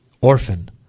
orphan